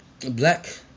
Black